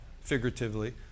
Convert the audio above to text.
figuratively